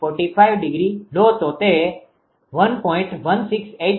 45° લો તો તે 1